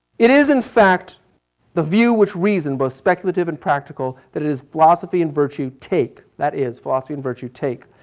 it is in fact the view which reason, both speculative and practical, that it is philosophy and virtue take. that is philosophy and virtue take.